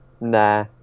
nah